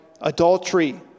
adultery